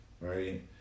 Right